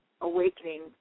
awakening